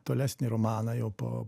tolesnį romaną jau po